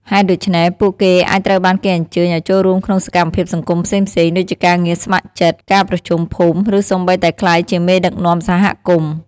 ហេតុដូច្នេះ ពួកគេអាចត្រូវបានគេអញ្ជើញឱ្យចូលរួមក្នុងសកម្មភាពសង្គមផ្សេងៗ ដូចជាការងារស្ម័គ្រចិត្ត ការប្រជុំភូមិ ឬសូម្បីតែក្លាយជាមេដឹកនាំសហគមន៍។